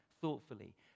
thoughtfully